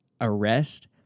arrest